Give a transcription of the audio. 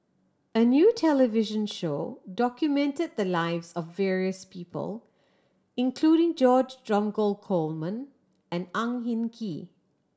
a new television show documented the lives of various people including George Dromgold Coleman and Ang Hin Kee